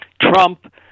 Trump